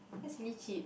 that's really cheap